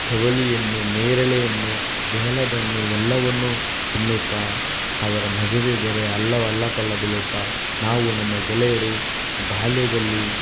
ಕವಳೆಯನ್ನು ನೇರಳೆಯನ್ನು ಬೇಲದಣ್ಣು ಎಲ್ಲವನ್ನು ತಿನ್ನುತ್ತಾ ಅದರ ಮಜವೇ ಬೇರೆ ಹಳ್ಳ ವಲ್ಲ ಕೊಳ್ಳ ಬೀಳುತ್ತಾ ನಾವು ನಮ್ಮ ಗೆಳೆಯರು ಬಾಲ್ಯದಲ್ಲಿ